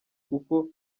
kuko